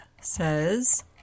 says